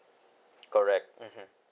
correct mmhmm